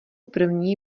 první